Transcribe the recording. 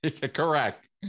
correct